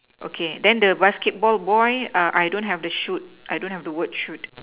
okay then the basketball boy I don't have the shoot I don't have the word shoot